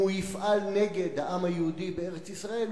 אם הוא יפעל נגד העם היהודי בארץ-ישראל,